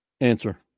answer